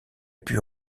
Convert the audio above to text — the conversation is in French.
put